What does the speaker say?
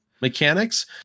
mechanics